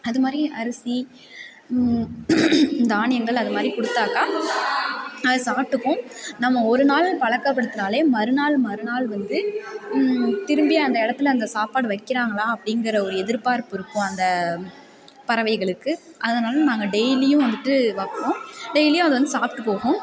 அது மாதிரி அரிசி தானியங்கள் அது மாதிரி கொடுத்தாக்கா அது சாப்பிட்டுக்கும் நம்ம ஒரு நாள் பழக்கப்படுத்தினாலே மறுநாள் மறுநாள் வந்து திரும்பி அந்த இடத்துல சாப்பாடு வைக்கிறாங்களா அப்படிங்கிற ஒரு எதிர்பார்ப்பு இருக்கும் அந்த பறவைகளுக்கு அதனால நாங்கள் டெய்லியும் வந்துட்டு வைப்போம் டெய்லியும் அது வந்து சாப்பிட்டு போகும்